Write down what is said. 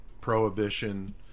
prohibition